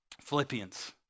Philippians